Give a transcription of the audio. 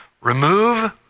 Remove